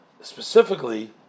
specifically